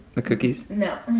cookies. no,